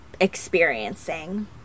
experiencing